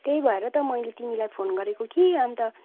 त्यही भएर त मैले तिमीलाई फोन गरेको कि अन्त